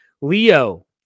Leo